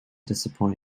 disappoint